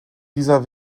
dieser